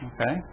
Okay